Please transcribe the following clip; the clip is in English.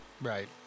Right